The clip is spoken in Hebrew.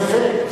אין ספק.